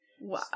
Wow